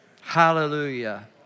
Hallelujah